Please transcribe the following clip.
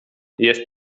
jest